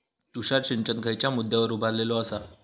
तुषार सिंचन खयच्या मुद्द्यांवर उभारलेलो आसा?